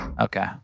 Okay